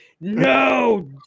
no